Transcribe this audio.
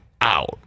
out